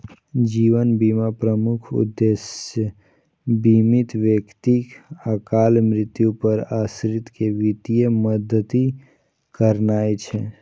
जीवन बीमाक प्रमुख उद्देश्य बीमित व्यक्तिक अकाल मृत्यु पर आश्रित कें वित्तीय मदति करनाय छै